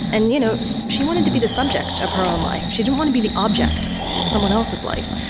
and you know she wanted to be the subject of her own life. she didn't want to be the object of someone else's life.